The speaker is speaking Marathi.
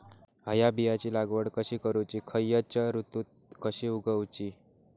हया बियाची लागवड कशी करूची खैयच्य ऋतुत कशी उगउची?